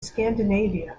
scandinavia